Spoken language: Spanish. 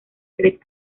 tres